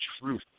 truth